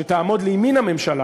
שתעמוד לימין הממשלה